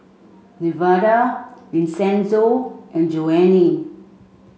Nevada Vincenzo and Joanie